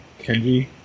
Kenji